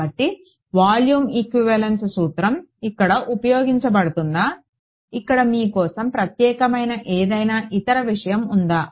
కాబట్టి volume equivalence సూత్రం ఇక్కడ ఉపయోగించబడుతుందా ఇక్కడ మీ కోసం ప్రత్యేకమైన ఏదైనా ఇతర విషయం ఉందా